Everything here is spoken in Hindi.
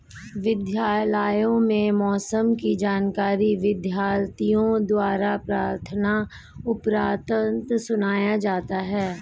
विद्यालयों में मौसम की जानकारी विद्यार्थियों द्वारा प्रार्थना उपरांत सुनाया जाता है